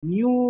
New